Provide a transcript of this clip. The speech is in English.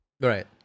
Right